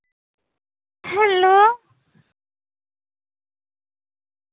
hello